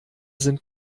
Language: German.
sind